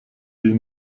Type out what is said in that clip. die